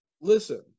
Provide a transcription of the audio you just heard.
Listen